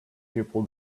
people